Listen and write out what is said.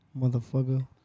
motherfucker